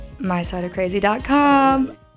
MySideOfCrazy.com